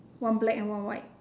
one black and one white